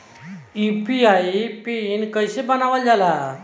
UPI PIN कइसे बनावल जाला?